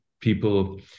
people